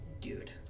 dude